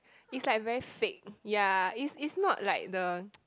it's like very fake ya it's it's not like the